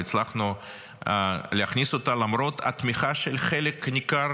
לא הצלחנו להכניס אותה למרות התמיכה של חלק ניכר